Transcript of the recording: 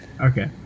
Okay